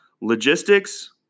logistics